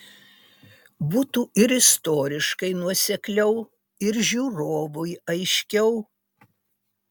būtų ir istoriškai nuosekliau ir žiūrovui aiškiau